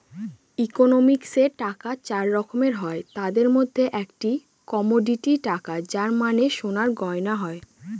ইকোনমিক্সে টাকা চার রকমের হয় তাদের মধ্যে একটি কমোডিটি টাকা যার মানে সোনার গয়না হয়